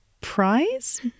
prize